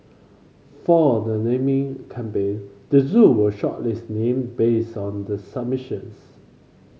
for the naming campaign the zoo will shortlist name based on the submissions